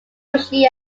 bushy